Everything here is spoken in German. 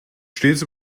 stets